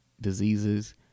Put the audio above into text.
diseases